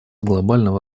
глобального